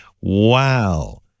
wow